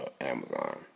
Amazon